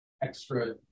extra